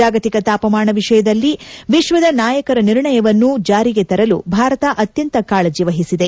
ಜಾಗತಿಕ ತಾಪಮಾನ ವಿಷಯದಲ್ಲಿ ವಿಶ್ವದ ನಾಯಕರ ನಿರ್ಣಯವನ್ನು ಜಾರಿಗೆ ತರಲು ಭಾರತ ಅತ್ಯಂತ ಕಾಳಜಿ ವಹಿಸಿದೆ